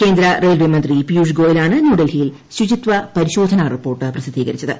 കേന്ദ്ര റെയിൽവേ മന്ത്രി പീയൂഷ്ഗോയലാണ് ന്യൂഡൽഹിയിൽ ശുചിത്വ പരിശോധനാ റിപ്പോർട്ട് പ്രസിദ്ധീകരിച്ചത്